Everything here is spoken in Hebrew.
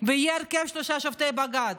ויהיה הרכב של שלושה שופטי בג"ץ,